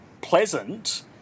pleasant